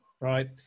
right